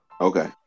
Okay